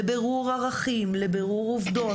לבירור ערכים, לבירור עובדות.